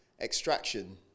extraction